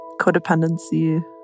codependency